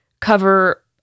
cover